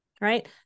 right